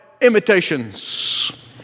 imitations